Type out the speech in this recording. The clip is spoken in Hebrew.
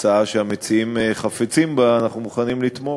הצעה שהמציעים חפצים בה, אנחנו מוכנים לתמוך.